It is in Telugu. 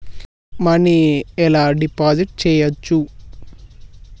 మనీ ఎలా డిపాజిట్ చేయచ్చు?